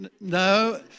No